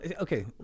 okay